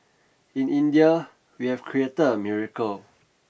in India we have created a miracle